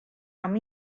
amb